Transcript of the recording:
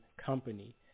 company